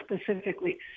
specifically